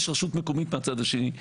יש רשות מקומית מהצד השני,